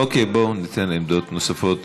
אוקיי, בואו ניתן עמדות נוספות.